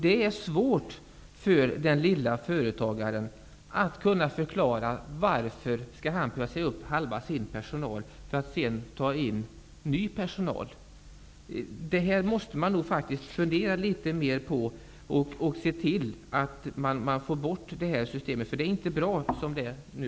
Det är svårt för den lilla företagaren att förklara varför han skall behöva säga upp halva sin personal för att sedan ta in ny personal. Man måste fundera litet mer på detta och se till att man får bort detta system. Det är nämligen inte bra som det är nu.